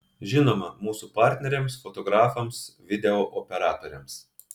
žinoma mūsų partneriams fotografams video operatoriams